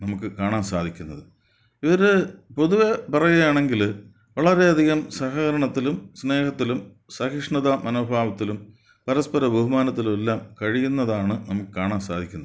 നമുക്ക് കാണാൻ സാധിക്കുന്നത് ഇതിൽ പൊതുവേ പറയുകയാണെങ്കിൽ വളരെയധികം സഹകരണത്തിലും സ്നേഹത്തിലും സഹിഷ്ണത മനോഭാവത്തിലും പരസ്പര ബഹുമാനത്തിലും എല്ലാം കഴിയുന്നതാണ് നമുക്ക് കാണാൻ സാധിക്കുന്നത്